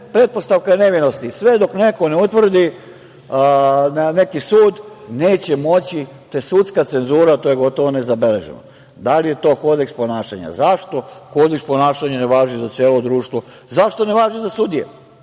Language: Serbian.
Pretpostavka je nevinosti, sve dok neko ne utvrdi, neki sud, neće moći, to je sudska cenzura, to je gotovo ne zabeleženo. Da li je to kodeks ponašanja? Zašto kodeks ponašanja ne važi za celo društvo? Zašto ne važi za sudije?